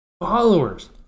followers